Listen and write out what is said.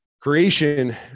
creation